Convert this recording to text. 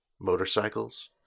Motorcycles